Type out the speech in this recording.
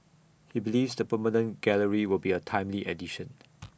he believes the permanent gallery will be A timely addition